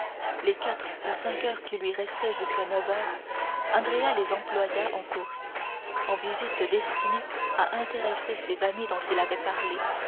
les quatre ou cinq heures qui lui restaient jusqu'à neuf heures andrea les employa en courses en visites destinées à intéresser ces amis dont il avait parlé